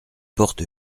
porte